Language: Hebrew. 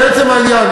לעצם העניין,